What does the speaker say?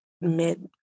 mid